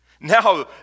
Now